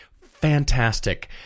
fantastic